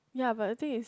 ya but the thing is